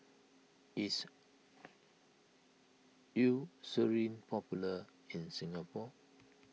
is Eucerin popular in Singapore